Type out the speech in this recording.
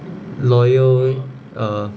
loyal uh